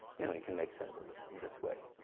you know, you can make sense of this in this way.